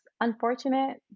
unfortunate